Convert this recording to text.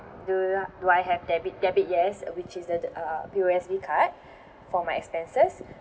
do you do I have debit debit yes which is the the uh P_O_S_B card for my expenses